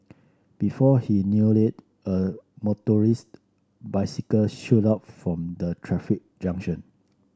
before he knew it a motorised bicycle shot out from the traffic junction